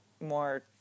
more